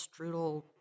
strudel